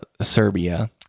Serbia